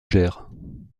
gers